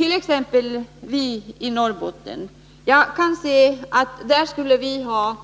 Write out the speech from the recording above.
I Norrbotten skulle vi t.ex. ha